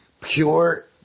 pure